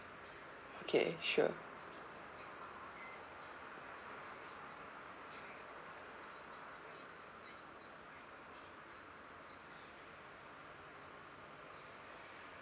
okay sure